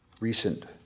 recent